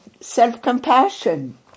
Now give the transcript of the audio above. self-compassion